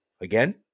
again